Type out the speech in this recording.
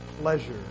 pleasure